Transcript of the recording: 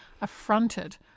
affronted